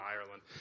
ireland